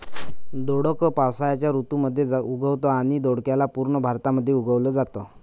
दोडक पावसाळ्याच्या ऋतू मध्ये उगवतं आणि दोडक्याला पूर्ण भारतामध्ये उगवल जाता